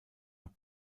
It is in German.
nach